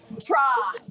Try